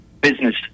business